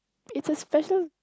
it's a special